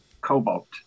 cobalt